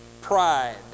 pride